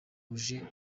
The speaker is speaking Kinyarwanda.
uje